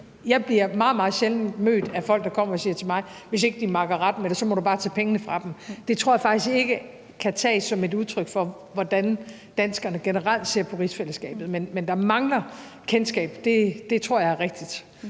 jeg meget, meget sjældent bliver mødt af folk, der kommer og siger til mig: Hvis ikke de makker ret, Mette, så må du bare tage pengene fra dem. Det tror jeg faktisk ikke kan tages som et udtryk for, hvordan danskerne generelt ser på rigsfællesskabet. Men der mangler kendskab, det tror jeg er rigtigt.